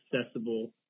accessible